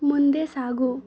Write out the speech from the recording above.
ಮುಂದೆ ಸಾಗು